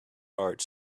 heart